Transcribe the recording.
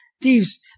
thieves